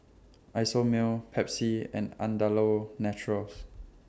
Isomil Pepsi and Andalou Naturals